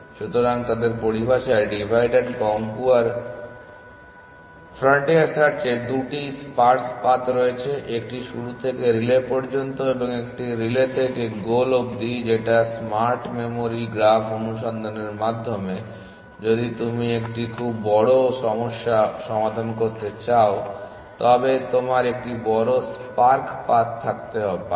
সুতরাং তাদের পরিভাষায় ডিভাইড অ্যান্ড কনক্যুয়ার ফ্রন্টিয়ার সার্চের 2টি স্পারস পাথ রয়েছে 1টি শুরু থেকে রিলে পর্যন্ত এবং 1টি রিলে থেকে গোল অব্দি যেটা স্মার্ট মেমরি গ্রাফ অনুসন্ধানের মাধ্যমে যদি তুমি একটি খুব বড় সমস্যা সমাধান করতে চাও তবে তোমার একটি বড় স্পার্স পাথ থাকতে পারে